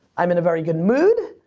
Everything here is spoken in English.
i'm in a very good mood.